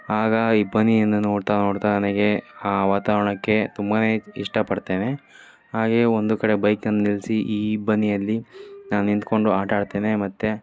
ಆಗ ಇಬ್ಬನಿಯನ್ನು ನೋಡ್ತಾ ನೋಡ್ತಾ ನನಗೆ ಆ ವಾತಾವರಣಕ್ಕೆ ತುಂಬ ಇಷ್ಟಪಡ್ತೇನೆ ಹಾಗೇ ಒಂದು ಕಡೆ ಬೈಕನ್ನು ನಿಲ್ಲಿಸಿ ಈ ಇಬ್ಬನಿಯಲ್ಲಿ ನಾನು ನಿಂತುಕೊಂಡು ಆಟ ಆಡ್ತೇನೆ ಮತ್ತು